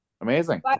Amazing